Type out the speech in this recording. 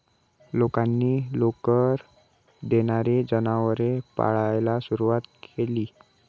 लोकांनी लोकर देणारी जनावरे पाळायला सुरवात केली